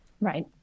Right